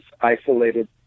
isolated